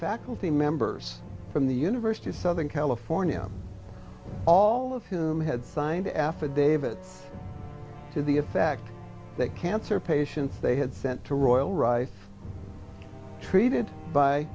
faculty members from the university of southern california all of whom had signed affidavits to the effect that cancer patients they had sent to royal rife treated by